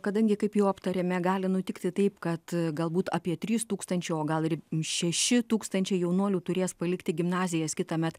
kadangi kaip jau aptarėme gali nutikti taip kad galbūt apie trys tūkstančiai o gal ir šeši tūkstančiai jaunuolių turės palikti gimnazijas kitąmet